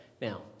now